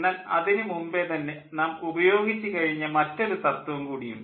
എന്നാൽ അതിനു മുമ്പേ തന്നെ നാം ഉപയോഗിച്ചു കഴിഞ്ഞ മറ്റൊരു തത്ത്വം കൂടിയുണ്ട്